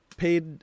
paid